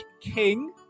King